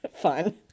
fun